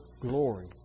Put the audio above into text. glory